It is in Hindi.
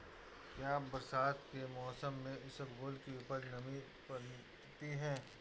क्या बरसात के मौसम में इसबगोल की उपज नमी पकड़ती है?